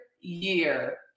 year